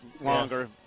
longer